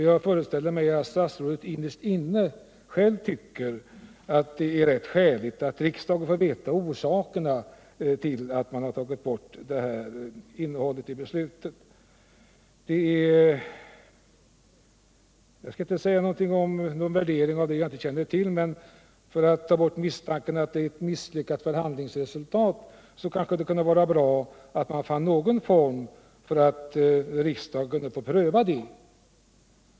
Jag föreställer mig att statsrådet innerst inne själv tycker att det är skäligt att riksdagen får veta orsakerna till att man tagit bort det här innehållet i beslutet. Jag skall inte göra någon värdering av det jag inte känner till, men för att få bort misstankarna att det är ett misslyckat förhandlingsresultat kanske det vore bra om man kunde finna någon form för riksdagens prövning.